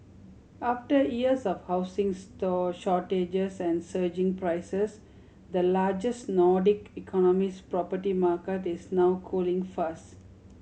after years of housing store shortages and surging prices the largest Nordic economy's property market is now cooling fast